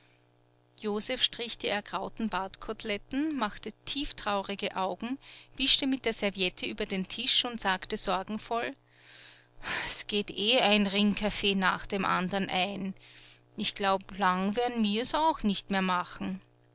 josef strich die ergrauten bartkoteletten machte tieftraurige augen wischte mit der serviette über den tisch und sagte sorgenvoll es geht eh ein ringkaffee nach dem andern ein ich glaub lang wer'n mir's auch net mehr machen